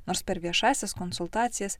nors per viešąsias konsultacijas